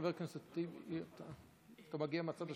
התור עכשיו הוא של סגן יושב-ראש הכנסת